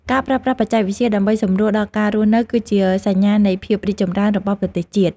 ការប្រើប្រាស់បច្ចេកវិទ្យាដើម្បីសម្រួលដល់ការរស់នៅ គឺជាសញ្ញាណនៃភាពរីកចម្រើនរបស់ប្រទេសជាតិ។